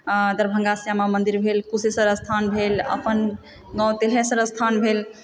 दरभंगा श्यामा मंदिर भेल कुशेशर स्थान भेल अपन गाव तिलहेश्वर स्थान भेल